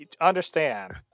Understand